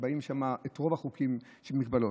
ובאים לשם רוב החוקים של ההגבלות.